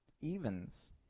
Evens